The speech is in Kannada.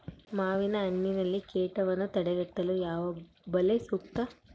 ಮಾವಿನಹಣ್ಣಿನಲ್ಲಿ ಕೇಟವನ್ನು ತಡೆಗಟ್ಟಲು ಯಾವ ಬಲೆ ಸೂಕ್ತ?